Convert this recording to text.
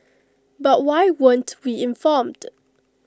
but why weren't we informed